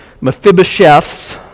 Mephibosheth's